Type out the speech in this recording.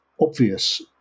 obvious